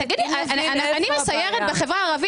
בסדר, הארכות האלה גם כן.